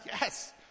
yes